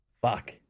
Fuck